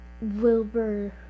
Wilbur